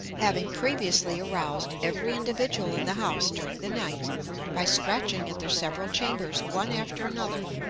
having previously aroused every individual in the house during the night by scratching at their several chambers one after another,